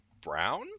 Brown